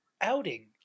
outing